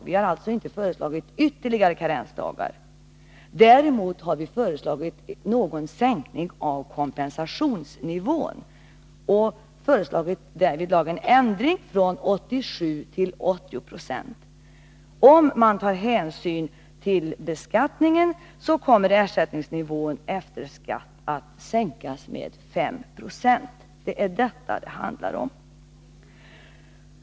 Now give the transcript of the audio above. Vi har alltså inte föreslagit ytterligare karensdagar. Däremot har vi föreslagit en viss sänkning av kompensationsnivån och därvidlag föreslagit en ändring från 87 till 80 70. Om man tar hänsyn till beskattningen finner man att ersättningsnivån efter skatt kommer att sänkas med 5 96. Det är detta det handlar om.